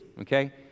okay